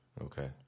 Okay